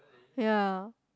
ya